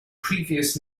previous